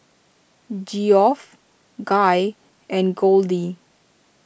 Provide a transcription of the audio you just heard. Geoff Guy and Goldie